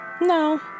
No